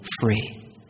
free